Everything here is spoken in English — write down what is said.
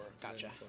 Gotcha